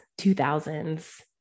2000s